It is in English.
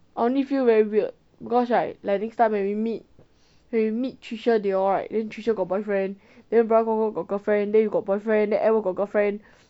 I only feel very weird because right like next time when we meet when we meet tricia they all right then tricia got boyfriend then bravo kor kor got girlfriend then you got boyfriend then edward got girlfriend